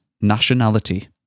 nationality